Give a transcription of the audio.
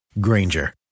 Granger